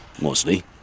mostly